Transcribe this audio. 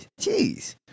Jeez